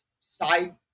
side